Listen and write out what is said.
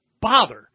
bother